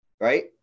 right